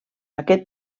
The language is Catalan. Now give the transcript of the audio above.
aquest